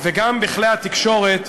וגם בכלי התקשורת,